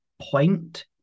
point